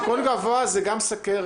סיכון גבוה זה גם סוכרת.